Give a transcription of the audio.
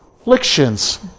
afflictions